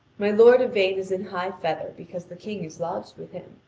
my lord yvain is in high feather because the king is lodged with him.